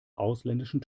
ausländischen